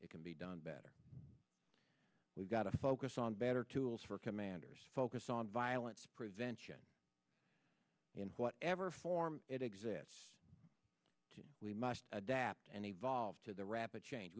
it can be done better we've got to focus on better tools for commanders focus on violence prevention in whatever form it exists to we must adapt and evolve to the rapid change